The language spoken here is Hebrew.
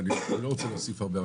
ואני לא רוצה להוסיף הרבה,